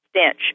stench